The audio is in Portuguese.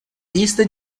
pista